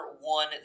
one